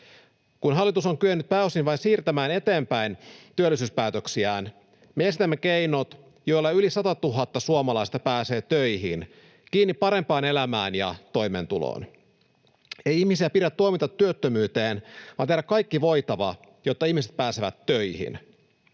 Kun hallitus on kyennyt pääosin vain siirtämään eteenpäin työllisyyspäätöksiään, me esitämme keinot, joilla yli 100 000 suomalaista pääsee töihin, kiinni parempaan elämään ja toimeentuloon. Ei ihmisiä pidä tuomita työttömyyteen vaan tehdä kaikki voitava, jotta ihmiset pääsevät töihin.